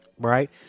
Right